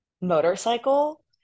motorcycle